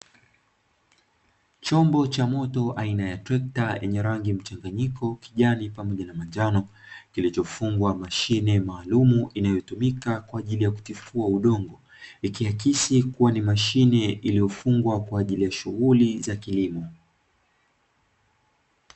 Chombo cha moto aina ya trekta chenye rangi mchanganyiko kijani pamoja na manjano, kilichofungwa mashine maalumu inayotumika kwa ajili ya kutififua udongo, ikiakisi kuwa ni mashine iliyofungwa Kwa ajili ya shughuli za kilimo.